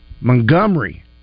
Montgomery